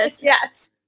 Yes